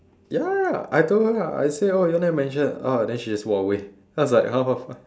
ya ya I told her ah I said oh you all never mentioned oh then she just walk away then I was like !huh! what the fuck